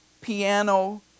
piano